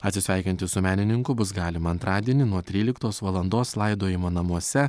atsisveikinti su menininku bus galima antradienį nuo tryliktos valandos laidojimo namuose